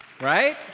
Right